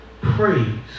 praise